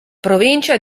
provincia